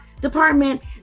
department